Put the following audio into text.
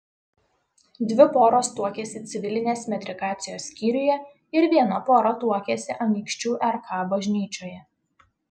dvi poros tuokėsi civilinės metrikacijos skyriuje ir viena pora tuokėsi anykščių rk bažnyčioje